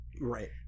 Right